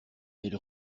elle